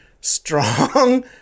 strong